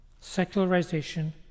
secularization